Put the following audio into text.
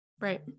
right